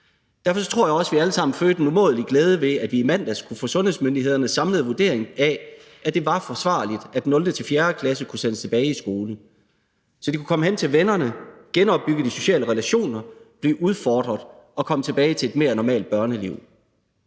Derfor tror jeg også, at vi alle sammen følte en umådelig glæde ved, at vi i mandags kunne få sundhedsmyndighedernes samlede vurdering af, at det var forsvarligt, at 0.-4. klasse kunne sendes tilbage i skole, så de kunne komme hen til vennerne, genopbygge de sociale relationer, blive udfordret og komme tilbage til et mere normalt børneliv.